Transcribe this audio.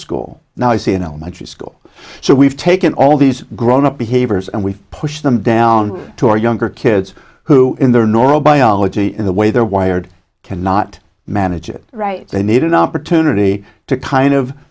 school now i see in elementary school so we've taken all these grown up behaviors and we push them down to our younger kids who in their normal biology in the way they're wired cannot manage it right they need an opportunity to kind of